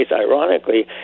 ironically